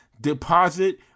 deposit